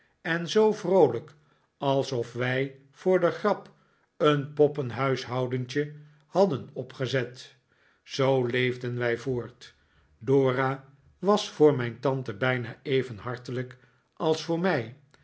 en zoo vroolijk alsof wij voor de grap een poppenhuishoudentje hadden opgezet zoo leefden wij voort dora was voor mijn tante bijna even hartelijk als voor mij